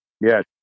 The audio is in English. Yes